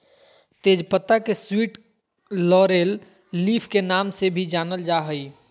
तेज पत्ता के स्वीट लॉरेल लीफ के नाम से भी जानल जा हइ